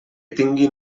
tinguin